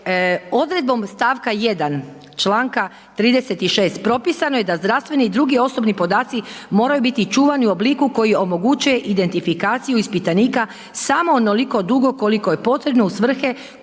odredbom stavka 1. članka 36. propisano je da zdravstveni i drugi osobni podaci moraju biti čuvani u obliku koji omogućuje identifikaciju ispitanika samo onoliko dugo koliko je potrebno u svrhe